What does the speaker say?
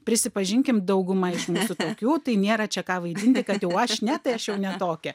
prisipažinkim dauguma iš mūsų tokių tai nėra čia ką vaidinti kad jau aš ne tai aš jau ne tokia